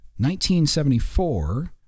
1974